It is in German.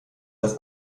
das